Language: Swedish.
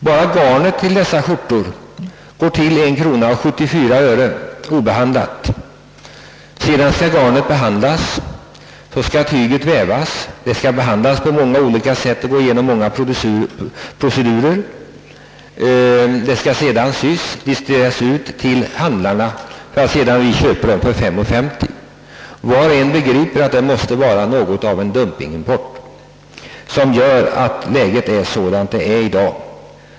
Bara garnet till dessa skjortor kostar 1:74 obehandlat. Garnet skall sedan behandlas och gå igenom många Pprocedurer, tyget skall vävas, skjortorna skall sys och distribueras till handlarna. Vi köper dem sedan för 5:50. Var och en begriper att det måste vara något av en dumpingimport som åstadkommer det läge som råder i dag.